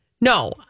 No